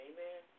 Amen